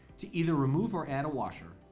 to either remove or add a washer,